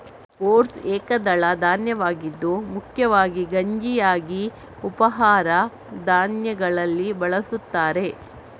oats ಏಕದಳ ಧಾನ್ಯವಾಗಿದ್ದು ಮುಖ್ಯವಾಗಿ ಗಂಜಿಯಾಗಿ ಉಪಹಾರ ಧಾನ್ಯಗಳಲ್ಲಿ ಬಳಸುತ್ತಾರೆ